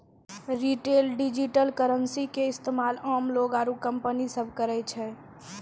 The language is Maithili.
रिटेल डिजिटल करेंसी के इस्तेमाल आम लोग आरू कंपनी सब करै छै